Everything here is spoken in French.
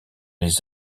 les